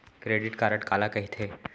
Credit card काला कहिथे?